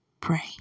Pray